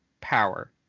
power